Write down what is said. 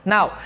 Now